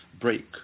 break